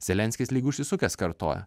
zelenskis lyg užsisukęs kartoja